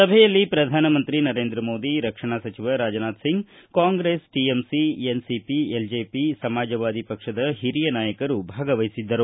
ಸಭೆಯಲ್ಲಿ ಪ್ರಧಾನಮಂತ್ರಿ ನರೇಂದ್ರ ಮೋದಿ ರಕ್ಷಣಾ ಸಚಿವ Rajnath Singh Congress TMC NCP LJP Samajwadi ಪಕ್ಷದ ಹಿರಿಯ ನಾಯಕರು ಭಾಗವಹಿಸಿದ್ದರು